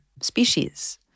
species